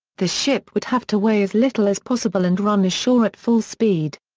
the ship would have to weigh as little as possible and run ashore at full speed.